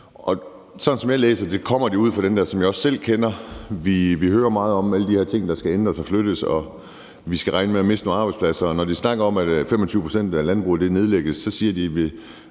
på. Sådan som jeg læser det, kommer det ud af det, som jeg også selv kender. Vi hører meget om alle de her ting, der skal ændres og flyttes, og at vi skal regne med at miste nogle arbejdspladser. Når de snakker om, at 25 pct. af landbruget nedlægges, siger de, at der